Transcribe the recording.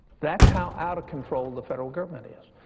that's how out of control the federal government is.